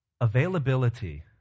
Availability